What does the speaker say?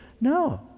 No